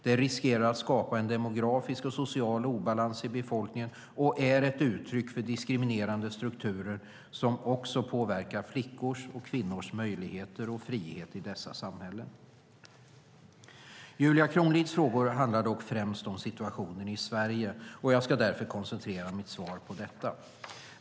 Det riskerar att skapa en demografisk och social obalans i befolkningen och är ett uttryck för diskriminerande strukturer som också påverkar flickors och kvinnors möjligheter och frihet i dessa samhällen. Julia Kronlids frågor handlar dock främst om situationen i Sverige och jag ska därför koncentrera mitt svar på detta.